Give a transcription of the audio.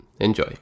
Enjoy